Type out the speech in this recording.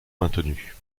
maintenue